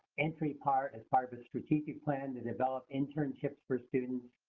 entry part is part of a strategy plan to develop internships for students.